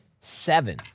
Seven